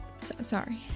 sorry